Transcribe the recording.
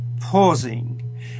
pausing